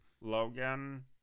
Logan